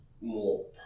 more